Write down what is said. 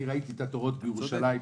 אני ראיתי את התורים בירושלים בחוץ.